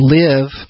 live